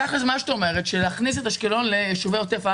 בתכלס את אומרת: להכניס את אשקלון לישובי עוטף עזה.